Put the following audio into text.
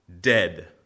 dead